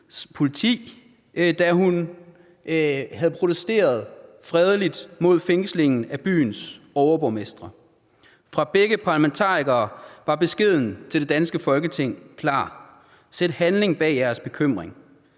da hun havde protesteret fredeligt mod fængslingen af byens overborgmestre. Fra begge parlamentarikere var beskeden til det danske Folketing klar: Sæt handling bag jeres bekymring.